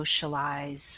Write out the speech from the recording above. socialize